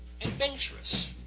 adventurous